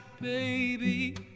baby